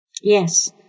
Yes